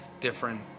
different